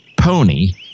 pony